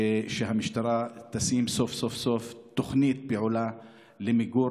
ושהמשטרה תשים סוף-סוף תוכנית פעולה למיגור